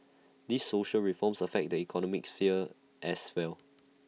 these social reforms affect the economic sphere as well